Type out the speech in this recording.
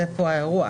זה כאן האירוע.